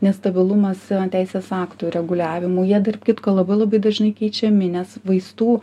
nestabilumas teisės aktų reguliavimų jie tarp kitko labai labai dažnai keičiami nes vaistų